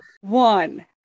one